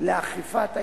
לאכיפת האיסור.